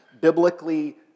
biblically